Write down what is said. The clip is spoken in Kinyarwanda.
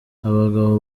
abagabo